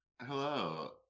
Hello